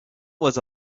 was